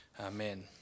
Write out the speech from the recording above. Amen